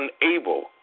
unable